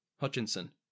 Hutchinson